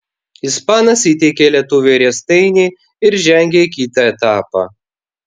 ispanas įteikė lietuviui riestainį ir žengė į kitą etapą